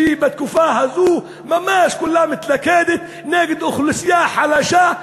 שהיא בתקופה הזאת ממש כולה מתלכדת נגד אוכלוסייה חלשה,